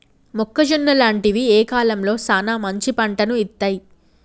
మొక్కజొన్న లాంటివి ఏ కాలంలో సానా మంచి పంటను ఇత్తయ్?